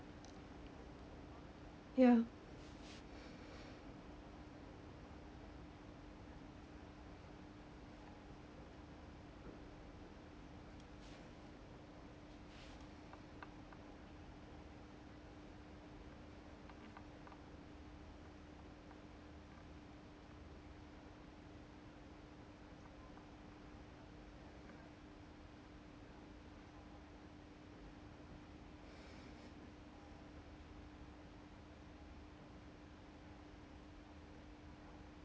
ya